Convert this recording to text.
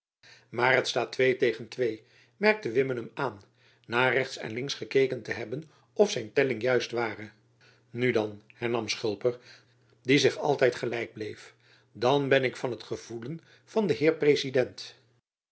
maar het staat twee tegen twee merkte wimmenum aan na rechts en links gekeken te hebben of zijn telling juist ware jacob van lennep elizabeth musch nu dan hernam schulper die zich altijd gelijk bleef dan ben ik van het gevoelen van den heer